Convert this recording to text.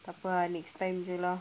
takpe ah next time jer lah